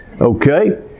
Okay